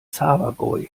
zabergäu